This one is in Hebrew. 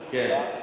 כן,